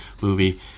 movie